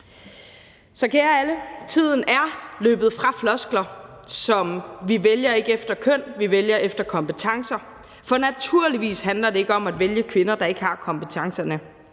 Så kære alle, tiden er løbet fra floskler som: Vi vælger ikke efter køn, vi vælger efter kompetencer. For naturligvis handler det ikke om at vælge kvinder, der ikke har kompetencerne.